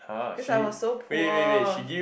cause I was so poor